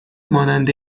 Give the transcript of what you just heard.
مانند